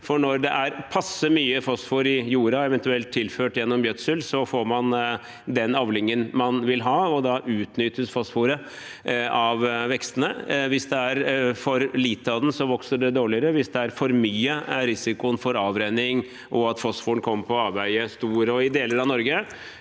Når det er passe mye fosfor i jorda, eventuelt tilført gjennom gjødsel, får man den avlingen man vil ha, og da utnyttes fosforet av vekstene. Hvis det er for lite av det, vokser det dårligere. Hvis det er for mye, er risikoen for avrenning og at fosforet kommer på avveier, stor. I deler av Norge,